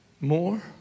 More